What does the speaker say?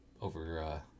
over